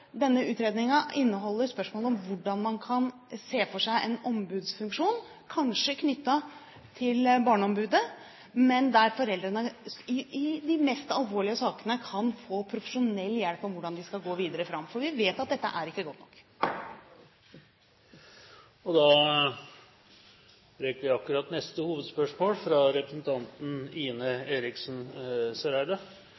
denne utredningen inneholder spørsmål om hvordan man kan se for seg en ombudsfunksjon, kanskje knyttet til barneombudet, men der foreldrene i de mest alvorlige sakene kan få profesjonell hjelp til hvordan de videre skal gå fram, for vi vet at dette ikke er godt nok. Da rekker vi akkurat et siste hovedspørsmål.